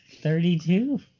Thirty-two